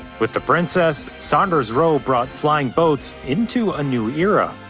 with the princess, saunders-roe brought flying boats into a new era.